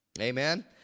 amen